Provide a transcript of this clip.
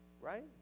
Right